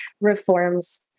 reforms